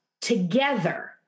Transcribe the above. together